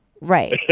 Right